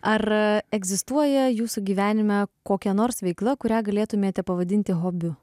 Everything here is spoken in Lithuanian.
ar egzistuoja jūsų gyvenime kokia nors veikla kurią galėtumėte pavadinti hobiu